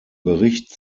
bericht